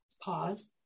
pause